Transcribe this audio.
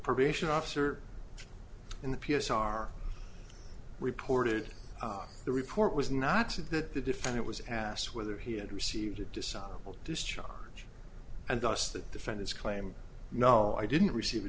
probation officer in the p s r reported the report was not said that the defendant was asked whether he had received a dishonorable discharge and thus the defendant's claim no i didn't receive a